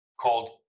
called